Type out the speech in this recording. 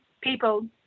people